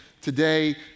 today